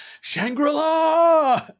Shangri-La